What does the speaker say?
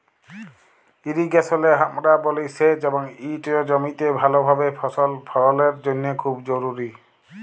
ইরিগেশলে আমরা বলি সেঁচ এবং ইট জমিতে ভালভাবে ফসল ফললের জ্যনহে খুব জরুরি